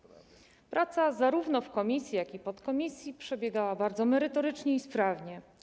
Praca zarówno w komisji, jak i podkomisji przebiegała bardzo merytorycznie i sprawnie.